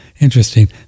Interesting